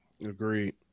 Agreed